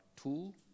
two